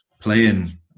playing